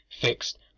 fixed